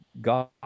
God